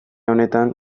honetan